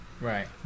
right